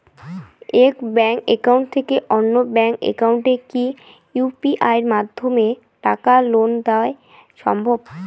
এক bank account থেকে অন্য ব্যাংক একাউন্টে কি ইউ.পি.আই মাধ্যমে টাকার লেনদেন দেন সম্ভব?